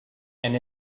and